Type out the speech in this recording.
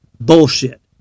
bullshit